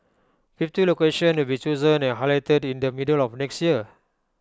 fifty locations will be chosen and highlighted in the middle of next year